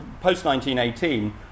post-1918